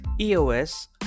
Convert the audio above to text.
EOS